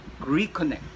reconnect